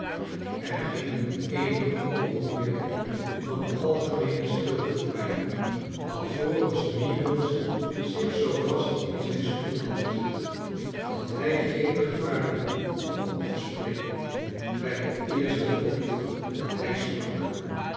er gingen eenige oogenblikken van algemeene stilte voorbij alvorensmeagles zich zoo vast in zijn stoel had gezet dat hij geen gevaar liep op te springen bij het eerste woord dat hij sprak